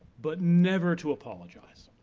but never to apologize.